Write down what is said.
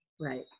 Right